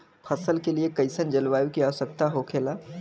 फसल के लिए कईसन जलवायु का आवश्यकता हो खेला?